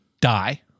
die